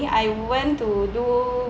I went to do